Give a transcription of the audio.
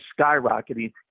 skyrocketing